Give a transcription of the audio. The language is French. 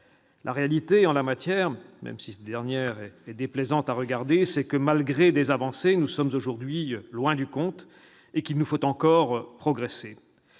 La réalité en la matière, même si cela est déplaisant, c'est que, malgré des avancées, nous sommes aujourd'hui loin du compte et qu'il nous faut encore progresser.